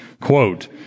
Quote